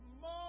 more